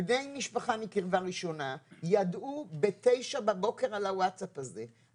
בני משפחה מקרבה ראשונה ידעו בתשע בבוקר על הווטסאפ הזה,